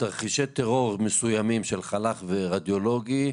בתרחישי טרור מסוימים של חל"כ ורדיולוגי,